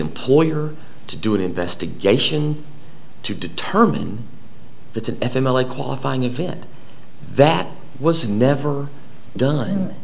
employer to do it investigation to determine the f m l a qualifying event that was never done